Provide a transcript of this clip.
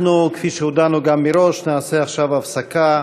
אנחנו, כפי שהודענו מראש, נעשה עכשיו הפסקה.